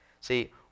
See